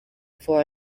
for